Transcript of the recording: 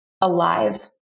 alive